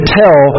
tell